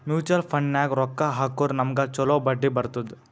mutual ಫಂಡ್ನಾಗ್ ರೊಕ್ಕಾ ಹಾಕುರ್ ನಮ್ಗ್ ಛಲೋ ಬಡ್ಡಿ ಬರ್ತುದ್